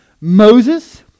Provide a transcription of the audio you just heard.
Moses